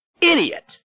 idiot